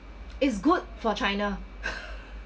is good for china